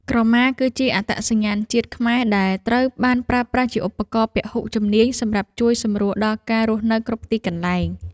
ក្រមាគឺជាអត្តសញ្ញាណជាតិខ្មែរដែលត្រូវបានប្រើប្រាស់ជាឧបករណ៍ពហុជំនាញសម្រាប់ជួយសម្រួលដល់ការរស់នៅគ្រប់ទីកន្លែង។